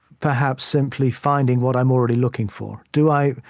perhaps, simply finding what i'm already looking for? do i